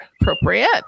appropriate